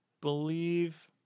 believe